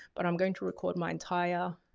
but i'm going to record my entire